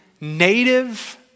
native